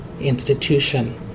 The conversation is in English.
institution